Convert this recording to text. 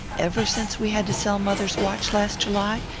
ever since we had to sell mother's watch last july?